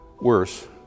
Worse